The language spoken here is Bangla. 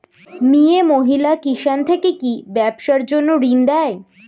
মিয়ে মহিলা কিষান থেকে কি ব্যবসার জন্য ঋন দেয়?